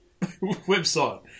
website